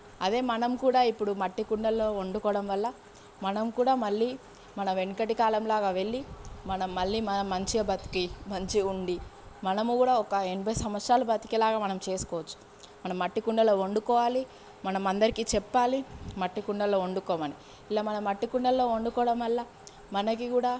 అదే మనం కూడా ఇప్పుడు మట్టి కుండల్లో వండుకోవడం వల్ల మనం కూడా మళ్ళీ మన వెనుకటి కాలంలాగా వెళ్ళి మనం మళ్ళీ మనం మంచిగా బతికి మంచిగా ఉండి మనము కూడా ఒక ఎనభై సంవత్సరాలు బతికేలాగా మనం చేసుకోవచ్చు మనం మట్టి కుండలో వండుకోవాలి మనం అందరికీ చెప్పాలి మట్టి కుండల్లో వండుకోమని ఇలా మనం మట్టి కుండల్లో వండుకోవడం వల్ల మనకి కూడా